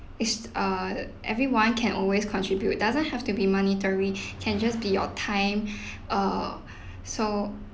is err everyone can always contribute doesn't have to be monetary can just be your time err so